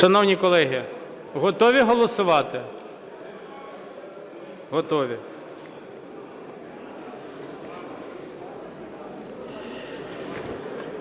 Шановні колеги, готові голосувати? Готові.